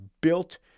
built